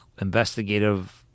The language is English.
investigative